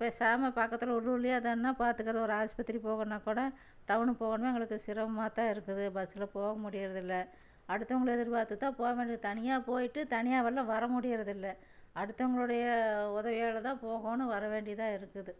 பேசாம பக்கத்திலியே உள்ளூர்லேயே எதன்னா பார்த்துக்குறத்து ஒரு ஆஸ்பத்திரி போகணுனாகோட டவுனுக்கு போகணும் எங்களுக்கு சிரமமாகத்தான் இருக்குது பஸ்ஸில் போகமுடியிறதுல்ல அடுத்தவங்களை எதிர்பார்த்துதான் போகவேண்டி தனியாக போய்விட்டு தனியாகவெல்லம் வரமுடியிறதுல்லை அடுத்தவங்களுடைய உதவியாலதான் போகணும் வரவேண்டியதாக இருக்குது